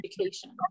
education